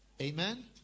Amen